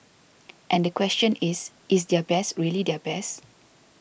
and the question is is their best really their best